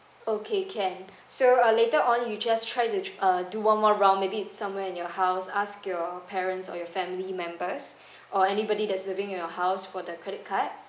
okay can so uh later on you just try to uh do one more round maybe it's somewhere in your house ask your parents or your family members or anybody that's living in your house for the credit card